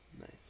Nice